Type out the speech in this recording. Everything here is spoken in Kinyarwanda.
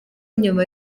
nyuma